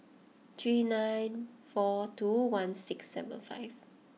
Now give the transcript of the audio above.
three nine four two one six seven five